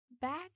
back